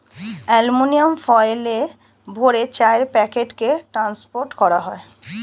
aluminium ফয়েলে ভরে চায়ের প্যাকেটকে ট্রান্সপোর্ট করা হয়